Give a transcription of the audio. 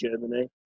Germany